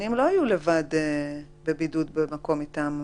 שקטינים לא יהיו לבד בבידוד במקום מטעם המדינה.